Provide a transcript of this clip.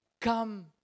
come